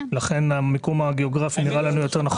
לכן, המיקום הגיאוגרפי נראה לנו יותר נכון.